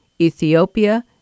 Ethiopia